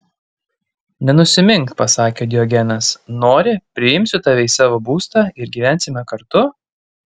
nenusimink pasakė diogenas nori priimsiu tave į savo būstą ir gyvensime kartu